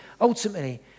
Ultimately